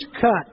cut